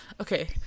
Okay